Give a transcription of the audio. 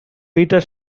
peter